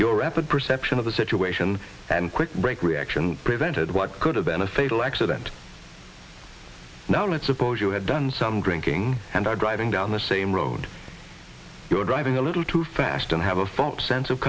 your rapid perception of the situation and quick break reaction prevented what could have been a fatal accident now let's suppose you had done some drinking and are driving down the same road you were driving a little too fast and have a false sense of